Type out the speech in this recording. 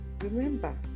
Remember